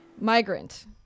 Migrant